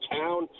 town